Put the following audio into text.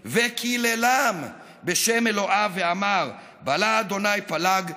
וקיללם בשם אלוהיו ואמר: בלע ה' פלג לשונם".